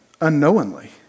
unknowingly